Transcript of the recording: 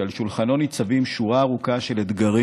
שעל שולחנו ניצבים שורה ארוכה של אתגרים